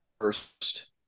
first